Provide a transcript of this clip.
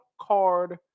Card